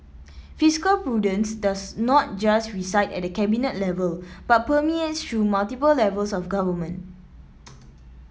fiscal prudence does not just reside at the cabinet level but permeates through multiple levels of government